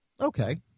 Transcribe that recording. Okay